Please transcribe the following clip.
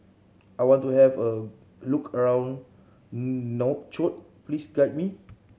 I want to have a look around Nouakchott please guide me